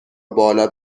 بالا